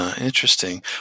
Interesting